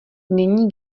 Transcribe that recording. není